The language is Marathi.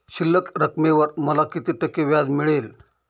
शिल्लक रकमेवर मला किती टक्के व्याज मिळेल?